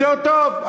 יותר טוב.